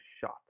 shot